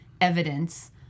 evidence